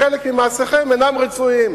חלק ממעשיכם אינם רצויים.